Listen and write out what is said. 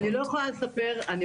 אני לא יכולה בשלב הזה לספר --- לא,